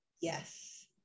Yes